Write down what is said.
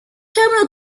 terminal